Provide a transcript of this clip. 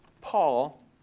Paul